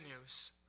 news